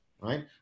right